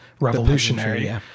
revolutionary